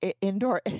indoor